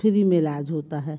free में इलाज़ होता है